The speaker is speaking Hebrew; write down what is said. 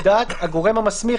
לדעת הגורם המסמיך,